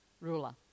ruler